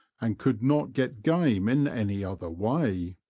and could not get game in any other way.